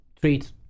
treat